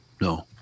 No